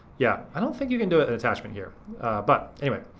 yeah, i don't think you can do ah an attachment here but anyway.